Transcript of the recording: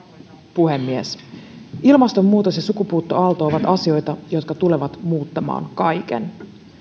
puhemies ilmastonmuutos ja sukupuuttoaalto ovat asioita jotka tulevat muuttamaan kaiken